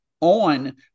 on